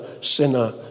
sinner